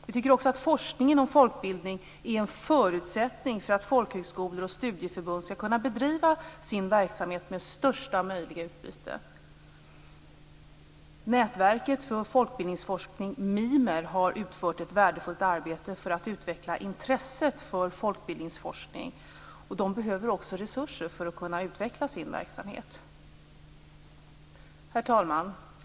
Vi tycker också att forskningen om folkbildning är en förutsättning för att folkhögskolor och studieförbund skall kunna bedriva sin verksamhet med största möjliga utbyte. Nätverket för folkbildningsforskning, MIMER, har utfört ett värdefullt arbete för att utveckla intresset för folkbildningsforskning. Detta nätverk behöver resurser för att kunna utveckla sin verksamhet. Herr talman!